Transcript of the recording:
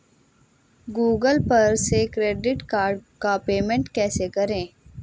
Google पर से credit card का पेमेंट कैसे करें?